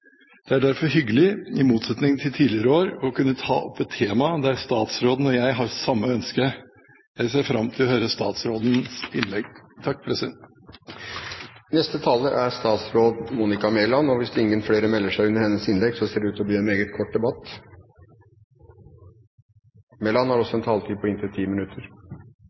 Det er derfor hyggelig, i motsetning til tidligere år, å kunne ta opp et tema der statsråden og jeg har samme ønske. Jeg ser fram til å høre statsrådens innlegg. Interpellanten tar opp et viktig tema, og jeg setter pris på at Stortinget diskuterer hvordan vi kan styrke det private eierskapet i næringslivet. Som interpellanten viser til, spiller familiebedrifter en